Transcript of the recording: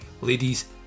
ladies